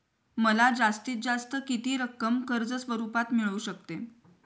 मला जास्तीत जास्त किती रक्कम कर्ज स्वरूपात मिळू शकते?